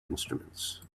instruments